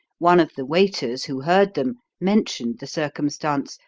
one of the waiters, who heard them, mentioned the circumstance,